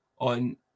on